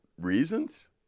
reasons